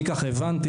אני כך הבנתי,